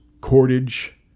cordage